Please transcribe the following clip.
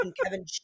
Kevin